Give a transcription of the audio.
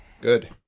Good